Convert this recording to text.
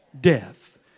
death